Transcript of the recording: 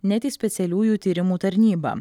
net į specialiųjų tyrimų tarnybą